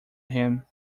him